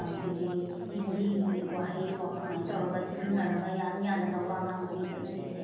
ꯑꯩꯈꯣꯏꯒꯤ ꯍꯤꯟꯗꯤꯒꯤ ꯋꯥꯍꯩ ꯀꯣ ꯁꯨꯃꯥꯏꯅ ꯇꯧꯔꯒ ꯁꯤꯖꯤꯟꯅꯔꯒ ꯌꯥꯟ ꯌꯥꯟꯗꯅ ꯋꯥ ꯉꯥꯡꯕꯒꯤ ꯆꯠꯅꯕꯤꯁꯦ